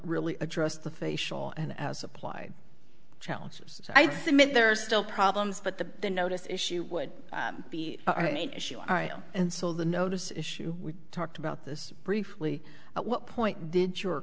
really address the facial and as applied challenges so i think there are still problems but the notice issue would be our main issue and so the notice issue we talked about this briefly at what point did your